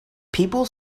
people